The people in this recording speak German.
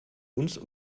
uns